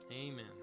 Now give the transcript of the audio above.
amen